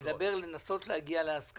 את יכולה לענות על מה ששאלתי?